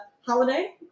holiday